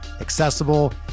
accessible